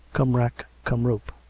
come rack! come rope!